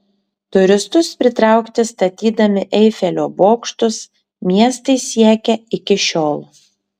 turistus pritraukti statydami eifelio bokštus miestai siekia iki šiol